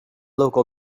local